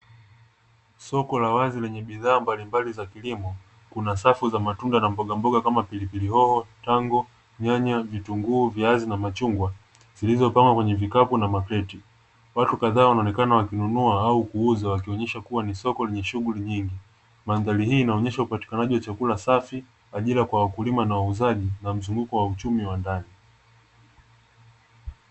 Soko la wazi lenye bidhaa mbalimbali za kilimo kuna safu za matunda na mbogamboga kama: pilipili hoho, tango, nyanya, vitunguu, viazi na machungwa zilizopangwa kwenye vikapu na makreti, watu kadhaa wanaonekana wakinunua au kuuza wakionesha kuwa ni soko lenye shughuli nyingi. Mandhari hii inaonesha upatikanaji wa chakula safi, ajira kwa wakulima na wauzaji na mzunguko wa uchumi wa ndani.